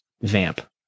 vamp